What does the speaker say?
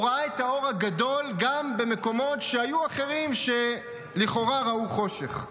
הוא ראה את האור הגדול גם במקומות שבהם היו אחרים שלכאורה ראו חושך.